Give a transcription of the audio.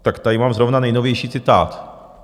Tak tady mám zrovna nejnovější citát.